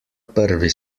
prvi